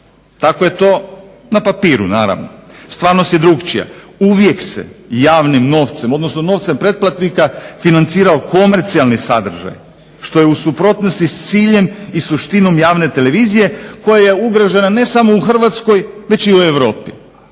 tako je to na papiru naravno, stvarnost je drukčija. Uvijek se javnim novcem odnosno novcem pretplatnika financirao komercijalni sadržaj, što je u suprotnosti s ciljem i suštinom javne televizije koja je ugrožena ne samo u Hrvatskoj već i u Europi,